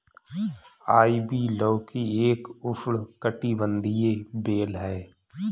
ivy लौकी एक उष्णकटिबंधीय बेल है